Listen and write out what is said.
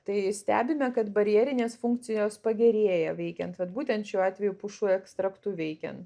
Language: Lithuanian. tai stebime kad barjerinės funkcijos pagerėja veikiant vat būtent šiuo atveju pušų ekstraktu veikiant